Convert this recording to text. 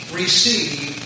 receive